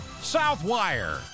Southwire